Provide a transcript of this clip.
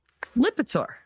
Lipitor